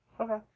Okay